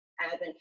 advent